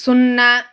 సున్నా